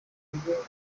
bwo